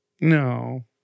No